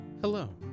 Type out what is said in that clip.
Hello